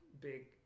big